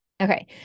Okay